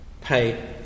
pay